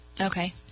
Okay